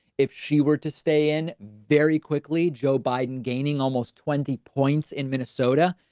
if she were to stay in very quickly, joe biden gaining almost twenty points in minnesota,